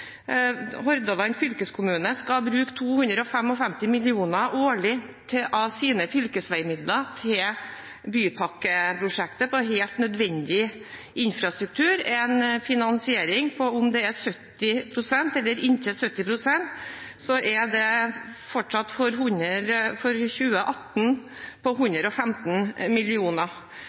Hordaland fylkeskommune skal årlig bruke 255 mill. kr av sine fylkesveimidler til bypakkeprosjektet på helt nødvendig infrastruktur. Enten finansieringen er på 70 pst. eller inntil 70 pst., er det fortsatt 115 mill. kr for 2018.